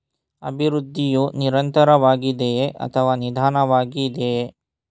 ಅಭಿವೃದ್ಧಿಯು ನಿರಂತರವಾಗಿದೆಯೇ ಅಥವಾ ನಿಧಾನವಾಗಿದೆಯೇ?